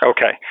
Okay